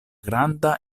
granda